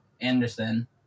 Anderson